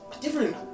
Different